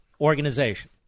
organization